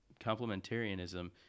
complementarianism